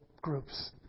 groups